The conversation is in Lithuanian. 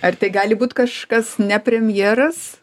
ar tai gali būt kažkas ne premjeras